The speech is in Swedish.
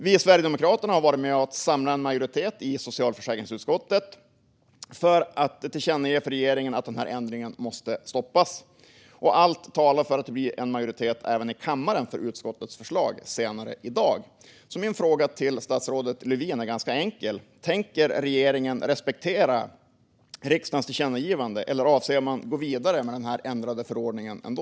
Vi i Sverigedemokraterna har varit med och samlat en majoritet i socialförsäkringsutskottet för att tillkännage för regeringen att den här ändringen måste stoppas. Allt talar för att det blir en majoritet för utskottets förslag även i kammaren senare i dag. Min fråga till statsrådet Lövin är ganska enkel. Tänker regeringen respektera riksdagens tillkännagivande, eller avser man att gå vidare med den ändrade förordningen ändå?